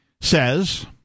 says